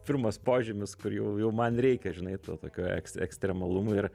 pirmas požymis kur jau jau man reikia žinai to tokio eks ekstremalumo ir